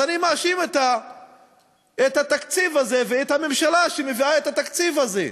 אז אני מאשים את התקציב הזה ואת הממשלה שמביאה את התקציב הזה.